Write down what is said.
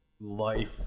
life